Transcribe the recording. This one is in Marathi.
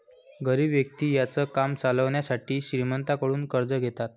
गरीब व्यक्ति त्यांचं काम चालवण्यासाठी श्रीमंतांकडून कर्ज घेतात